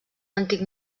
antic